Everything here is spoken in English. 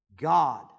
God